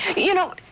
you know,